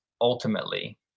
ultimately